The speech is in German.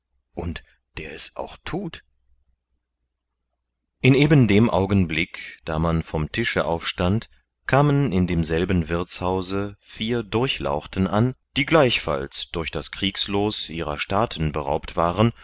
und der es auch thut in eben dem augenblick da man vom tische aufstand kamen in demselben wirthshause vier durchlauchten an die gleichfalls durch das kriegsloos ihrer staaten beraubt waren